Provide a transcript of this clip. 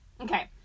okay